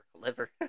liver